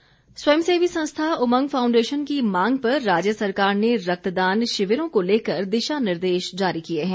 रक्तदान स्वयं सेवी संस्था उमंग फाउंडेशन की मांग पर राज्य सरकार ने रक्तदान शिविरों को लेकर दिशा निर्देश जारी किए हैं